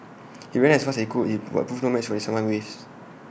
he ran as fast as he could he but proved no match the tsunami waves